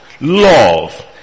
love